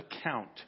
account